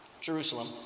Jerusalem